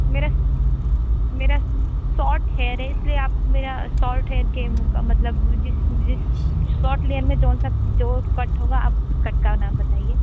मेरा मेरा short hair है इसलिए आप मेरा शॉर्ट हेयर के मतलब जिस जिस शॉर्ट हेयर में कौन सा जो कट होगा आप उस कट का नाम बताइए